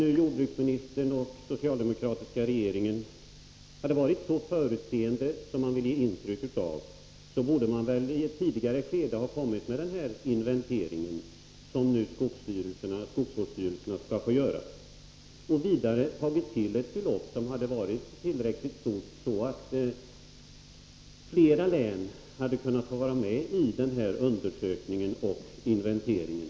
Om jordbruksministern och den socialdemokratiska regeringen hade varit så förutseende som man vill ge intryck av, borde man i ett tidigare skede ha tagit initiativ till den inventering som skogsvårdsstyrelserna skall göra. Vidare borde man ha tagit till ett belopp som varit tillräckligt stort för att möjliggöra för flera län att delta i undersökningen och inventeringen.